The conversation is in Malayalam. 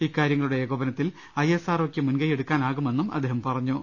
ഇക്കാര്യങ്ങളുടെ ഏകോപനത്തിൽ ഐഎസ് ആർഒ യ് ക്ക് മുൻകൈയെടുക്കാനാകുമെന്നും അദ്ദേഹം പറഞ്ഞു